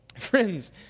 Friends